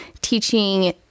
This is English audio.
teaching